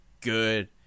good